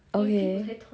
okay